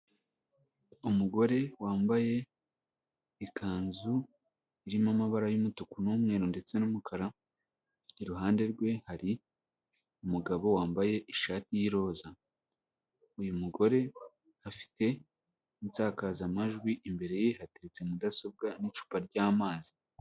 Umugore wambaye ikanzu irimo amabara y'umutuku n'umweru ndetse n'umukara, iruhande rwe hari umugabo wambaye ishati y'iroza, uyu mugore afite insakazamajwi, imbere ye hateritse mudasobwa n'icupa ry'amazi.